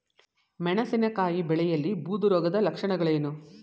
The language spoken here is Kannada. ಮೆಣಸಿನಕಾಯಿ ಬೆಳೆಯಲ್ಲಿ ಬೂದು ರೋಗದ ಲಕ್ಷಣಗಳೇನು?